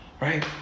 Right